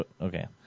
Okay